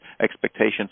expectations